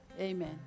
amen